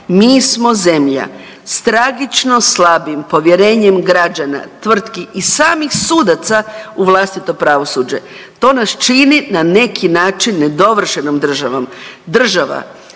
mi smo zemlja s tragično slabim povjerenjem građana, tvrtki i samih sudaca u vlastito pravosuđe. To nas čini na neki način nedovršenom državom. Država